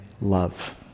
love